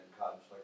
conflict